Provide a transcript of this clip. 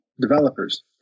developers